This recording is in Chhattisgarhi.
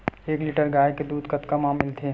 एक लीटर गाय के दुध कतका म मिलथे?